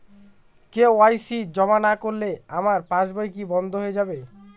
KYC জমা না করলে আমার পাসবই কি বন্ধ হয়ে যাবে?